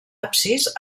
absis